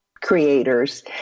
creators